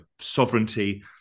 sovereignty